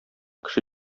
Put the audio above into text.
кеше